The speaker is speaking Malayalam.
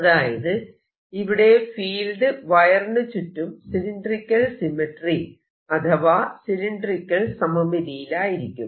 അതായത് ഇവിടെ ഫീൽഡ് വയറിനു ചുറ്റും സിലിണ്ടറിക്കൽ സിമെട്രി അഥവാ സിലിണ്ടറിക്കൽ സമമിതിയിലായിരിക്കും